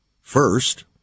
First